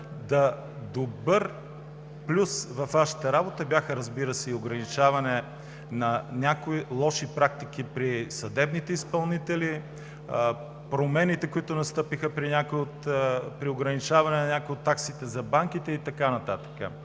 наложихте. Плюс във Вашата работа бяха, разбира се, и ограничаването на някои лоши практики при съдебните изпълнители, промените, които настъпиха при ограничаване на някои от таксите за банките, и така нататък.